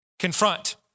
confront